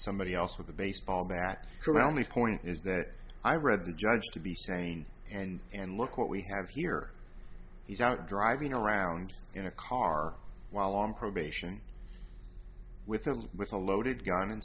somebody else with a baseball bat could only point is that i read the judge to be sane and and look what we have here he's out driving around in a car while on probation with him with a loaded gun and